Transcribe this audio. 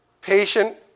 Patient